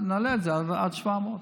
נעלה את זה עד 700,